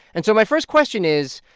and so my first question is,